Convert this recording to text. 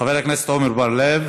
חבר הכנסת עמר בר-לב.